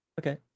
okay